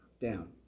down